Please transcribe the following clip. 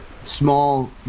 small